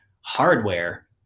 hardware